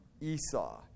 Esau